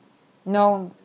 no